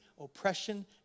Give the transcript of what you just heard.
oppression